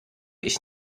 ich